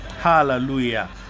Hallelujah